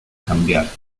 cambiar